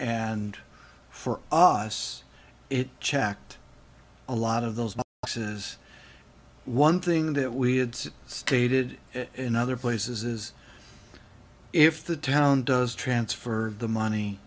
and for us it checked a lot of those cases one thing that we had stated in other places is if the town does transfer the money